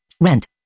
Rent